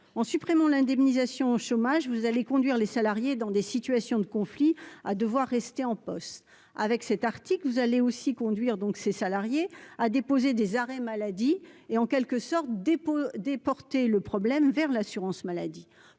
en supprimant l'indemnisation au chômage, vous allez conduire les salariés dans des situations de conflit à devoir rester en poste avec cet article, vous allez aussi conduire donc ses salariés, a déposé des arrêts maladie et en quelque sorte des porter le problème vers l'assurance maladie